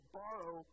borrow